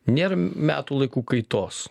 nėra metų laikų kaitos